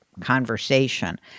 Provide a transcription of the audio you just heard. conversation